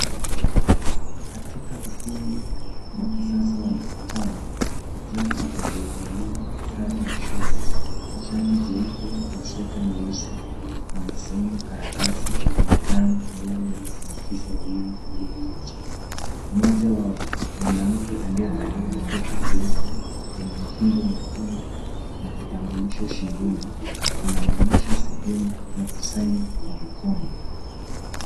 Katika ukumbi wa kisasa wa mikutano, kijana aliyevalia sare ya shule. Shati jeupe na sweta nyeusi anasaini karatasi mezani mbele ya maafisa wawili walio keti. Moja wa mwanamke aliyevalia koti jeupe lenye pindo nyekundu na kitambulisho shingoni anamuonyesha ya kusaini kwa mkono.